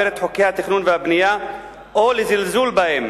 את חוקי התכנון והבנייה או לזלזל בהם.